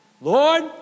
Lord